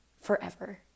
forever